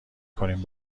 کنیم